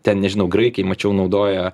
ten nežinau graikijoj mačiau naudojo